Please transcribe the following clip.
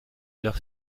leur